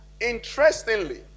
interestingly